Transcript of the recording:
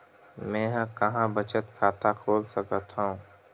मेंहा कहां बचत खाता खोल सकथव?